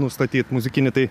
nustatyt muzikinį tai